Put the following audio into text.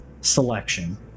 selection